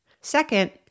Second